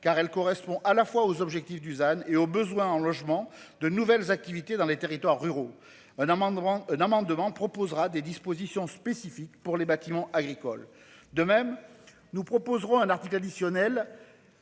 car elle correspond à la fois aux objectifs Dusan et au besoin en logements de nouvelles activités dans les territoires ruraux. Un amendement un amendement proposera des dispositions spécifiques pour les bâtiments agricoles. De même, nous proposerons un article additionnel.